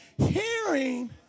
hearing